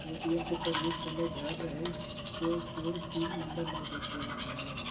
ATM के प्रयोग समय ध्यान रहे कोय तोहर पिन नंबर नै देख पावे